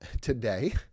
today